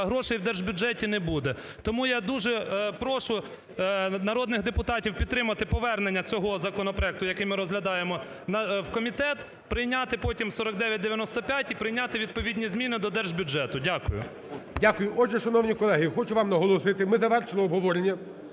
а грошей в держбюджеті не буде. Тому я дуже прошу народних депутатів підтримати повернення цього законопроекту, який ми розглядаємо, в комітет; прийняти потім 4995, і прийняти відповідні зміни до Держбюджету. Дякую. ГОЛОВУЮЧИЙ. Дякую. Отже, шановні колеги, хочу вам наголосити: ми завершили обговорення.